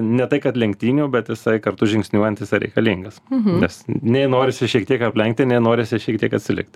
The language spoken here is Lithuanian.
ne tai kad lenktynių bet jisai kartu žingsniuojantis ir reikalingas nes nei norisi šiek tiek aplenkti nei norisi šiek tiek atsilikt